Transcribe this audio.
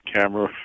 camera